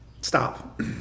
Stop